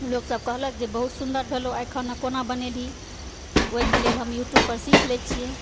लोक सब कहलक जे बहुत सुन्दर भेलो आइ खाना कोना बनेलही तऽ ओही के लेल हम यूट्यूब पर सीख लै छियै